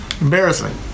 embarrassing